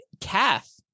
kath